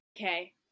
okay